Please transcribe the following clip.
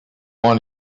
want